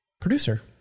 producer